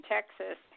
Texas